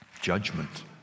Judgment